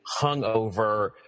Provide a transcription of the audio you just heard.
hungover